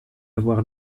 avoir